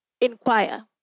inquire